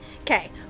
Okay